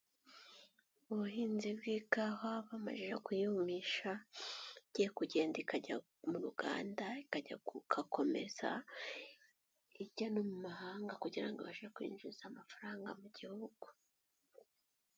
ubuhinzi bw'ikawa bamajije kuyubumisha, igiye kugenda ikajya mu ruganda, igakomeza, ijya no mu mahanga kugira ngo ibashe kwinjiza amafaranga mu gihugu.